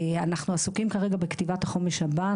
אנחנו עסוקים כרגע בכתיבת החומש הבא,